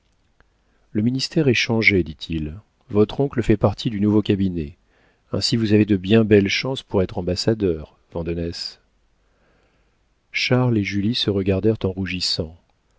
le ministère est changé dit-il votre oncle fait partie du nouveau cabinet ainsi vous avez de bien belles chances pour être ambassadeur vandenesse charles et julie se regardèrent en rougissant